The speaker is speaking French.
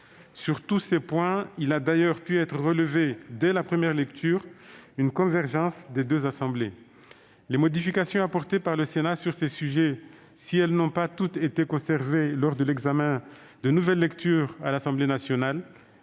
Sur tous ces points, on a d'ailleurs pu constater, dès la première lecture, une convergence entre les deux assemblées. Les modifications apportées par le Sénat sur ces sujets, si elles n'ont pas toutes été conservées lors de l'examen à l'Assemblée nationale